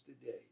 today